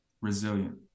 resilient